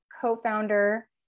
co-founder